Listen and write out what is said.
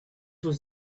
was